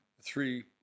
Three